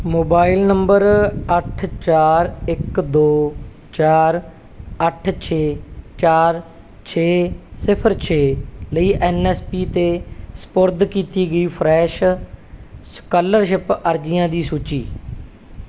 mobile number ਅੱਠ ਚਾਰ ਇੱਕ ਦੋ ਚਾਰ ਅੱਠ ਛੇ ਚਾਰ ਛੇ ਸਿਫਰ ਛੇ ਲਈ ਐਨ ਐਸ ਪੀ 'ਤੇ ਸਪੁਰਦ ਕੀਤੀ ਗਈ ਫਰੈਸ਼ ਸਕਾਲਰਸ਼ਿਪ ਅਰਜ਼ੀਆਂ ਦੀ ਸੂਚੀ